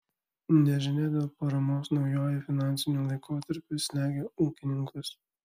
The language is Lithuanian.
nežinia dėl paramos naujuoju finansiniu laikotarpiu slegia ūkininkus